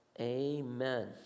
Amen